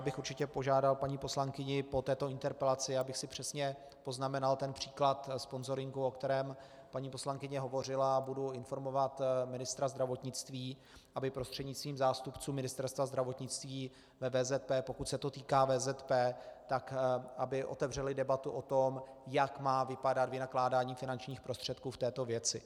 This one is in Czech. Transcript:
Takže bych určitě požádal paní poslankyni po této interpelaci, já bych si přesně poznamenal ten příklad sponzoringu, o kterém paní poslankyně hovořila, a budu informovat ministra zdravotnictví, aby prostřednictvím zástupců Ministerstva zdravotnictví ve VZP, pokud se to týká VZP, otevřeli debatu o tom, jak má vypadat vynakládání finančních prostředků v této věci.